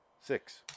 six